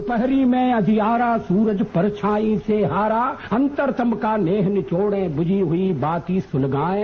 दुपहरी में अंधियारा सूरज परछाई से हारा अंतरतम का नेह निचोड़ें बुझी हुई बाती सुलगाएं